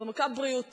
זו מכה בריאותית.